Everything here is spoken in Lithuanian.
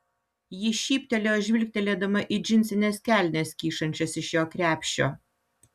ji šyptelėjo žvilgtelėdama į džinsines kelnes kyšančias iš jo krepšio